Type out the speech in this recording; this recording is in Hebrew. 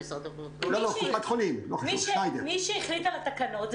משרד הבריאות החליט על התקנות.